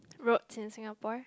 road in Singapore